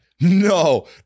no